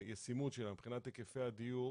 ישימות שלה, מבחינת היקפי הדיור,